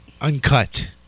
Uncut